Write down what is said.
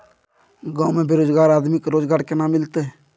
गांव में बेरोजगार आदमी के रोजगार केना मिलते?